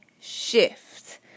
shift